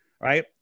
Right